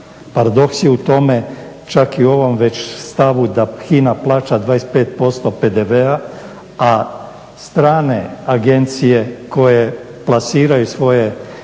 Paradoks je u tome čak i u ovom već stavu da HINA plaća 25% PDV-a a strane agencije koje plasiraju svoje